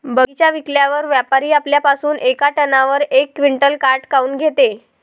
बगीचा विकल्यावर व्यापारी आपल्या पासुन येका टनावर यक क्विंटल काट काऊन घेते?